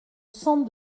cent